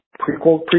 prequel